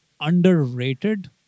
underrated